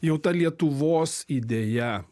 jau ta lietuvos idėja